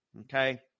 Okay